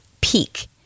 peak